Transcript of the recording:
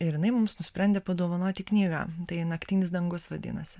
ir jinai mums nusprendė padovanoti knygą tai naktinis dangus vadinasi